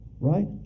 right